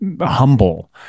humble